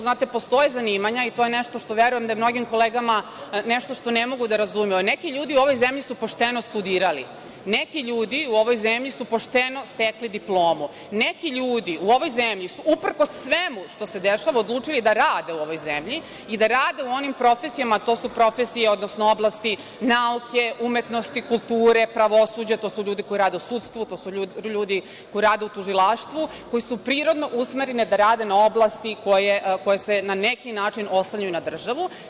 Znate, postoje zanimanja i to je nešto što verujem da mnogim kolegama je nešto što ne mogu da razumeju, neki ljudi u ovoj zemlji su pošteno studirali, neki ljudi u ovoj zemlji su pošteno stekli diplomu, neki ljudi u ovoj zemlji su uprkos svemu što se dešava odlučili da rade u ovoj zemlji i da rade u onim profesijama, to su profesije, odnosno oblasti nauke, umetnosti, kulture, pravosuđa, to su ljudi koji rade u sudstvu, to su ljudi koji rade u tužilaštvu, koji su prirodno usmereni da rade na oblasti koje se na neki način oslanjaju na državu.